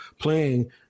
playing